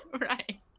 right